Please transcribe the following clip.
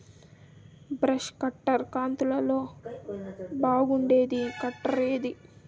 Brush cutter కంతులలో బాగుండేది cutter ఏది?